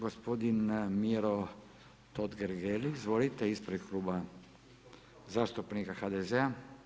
Gospodin Miro Totgergeli, izvolite ispred Kluba zastupnika HDZ-a.